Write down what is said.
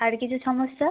আর কিছু সমস্যা